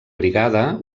brigada